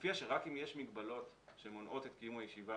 מופיע שרק אם יש מגבלות שמונעות את קיום הישיבה